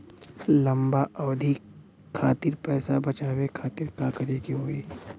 लंबा अवधि खातिर पैसा बचावे खातिर का करे के होयी?